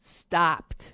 stopped